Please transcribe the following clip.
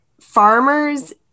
farmers